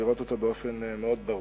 ולראות אותו באופן מאוד ברור.